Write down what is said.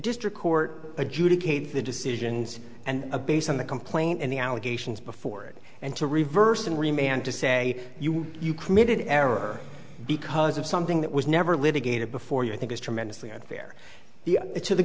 district court adjudicate the decisions and a based on the complaint and the allegations before it and to reverse and remain and to say you you committed error because of something that was never litigated before you i think is tremendously unfair the it to the